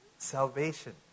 Salvation